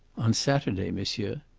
on saturday, monsieur.